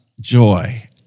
joy